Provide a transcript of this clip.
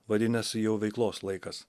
vadinasi jau veiklos laikas